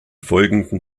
folgenden